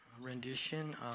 rendition